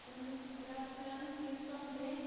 تمَن حظ درٛاو سہٕ رنٛگ بیٚیہِ حظ ژۄمٹے